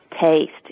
taste